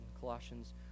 Colossians